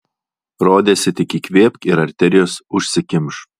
rodėsi tik įkvėpk ir arterijos užsikimš